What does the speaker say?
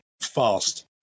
fast